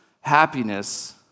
happiness